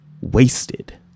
wasted